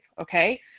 okay